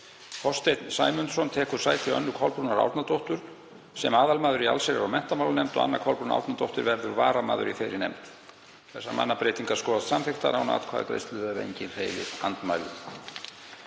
Þorsteinn Sæmundsson tekur sæti Önnu Kolbrúnar Árnadóttur sem aðalmaður í allsherjar- og menntamálanefnd og Anna Kolbrún Árnadóttir verður varamaður í þeirri nefnd. Þessar mannabreytingar skoðast samþykktar án atkvæðagreiðslu ef enginn hreyfir andmælum.